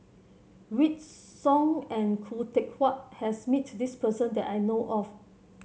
Wykidd Song and Khoo Teck Puat has met this person that I know of